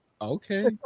Okay